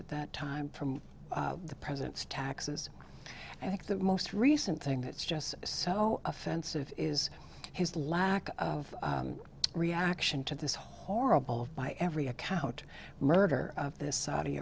at that time from the president's taxes i think the most recent thing that's just so offensive is his lack of reaction to this horrible by every account murder of this saudi